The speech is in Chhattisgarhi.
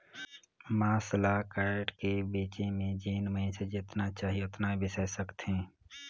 मांस ल कायट के बेचे में जेन मइनसे जेतना चाही ओतना बेसाय सकथे